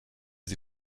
sie